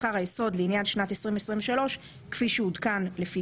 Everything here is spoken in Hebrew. יהיה שכר היסוד לעניין שנת 2023 כפי שעודכן לפי